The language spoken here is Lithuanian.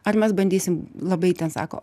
ar mes bandysim labai ten sako